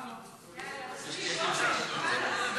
למה לא?